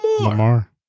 Lamar